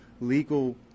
legal